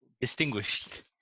distinguished